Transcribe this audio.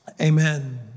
Amen